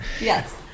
yes